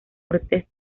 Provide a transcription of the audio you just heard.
cortes